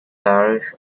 parish